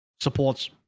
supports